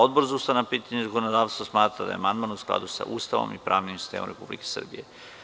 Odbor za ustavna pitanja i zakonodavstvo smatra da je amandman u skladu sa Ustavom i pravnim sistemom Republike Srbije.